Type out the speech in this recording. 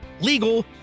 legal